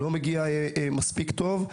לא מגיע מספיק טוב.